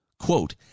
Quote